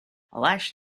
last